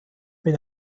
mit